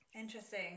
interesting